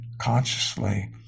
consciously